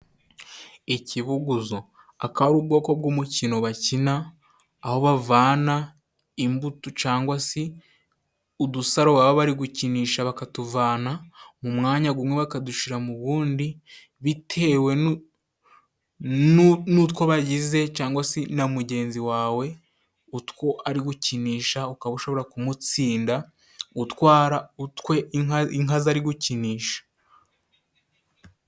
Ikibuguzo, akaba ari ubwoko bw'umukino bakina, aho bavana imbuto cangwa se udusaro baba bari gukinisha bakatuvana mu mwanya gumwe bakadushira mu gundi bitewe n'utwo bagize cangwa se na mugenzi wawe utwo ari gukinisha, ukaba ushobora kumutsinda utwara utwe, inka, inka ze ari gukinisha.